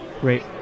great